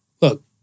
Look